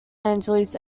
angeles